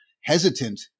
hesitant